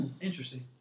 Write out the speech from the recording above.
interesting